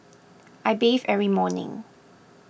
I bathe every morning